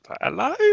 hello